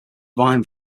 wine